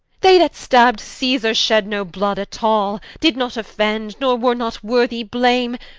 they that stabb'd caesar, shed no blood at all did not offend, nor were not worthy blame,